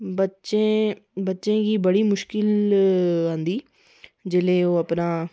बच्चे बच्चे गी बडी मुश्कल औंदी जेल्लै ओह् अपने